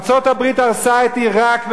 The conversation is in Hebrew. ארצות-הברית הרסה את עירק,